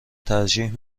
ترجیح